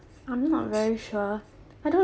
I'm not very sure I don't